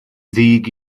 ddig